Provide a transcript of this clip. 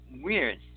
weird